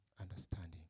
understanding